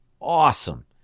awesome